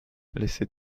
laissez